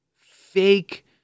fake